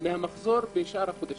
מהמחזור בשאר החודשים.